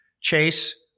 chase